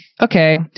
okay